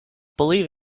believe